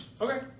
Okay